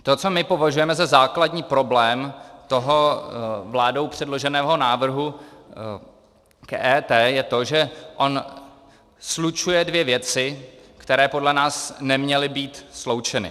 To, co my považujeme za základní problém vládou předloženého návrhu k EET je to, že on slučuje dvě věci, které podle nás neměly být sloučeny.